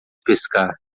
pescar